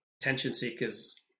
attention-seekers